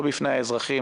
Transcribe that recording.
לא בפני האזרחים,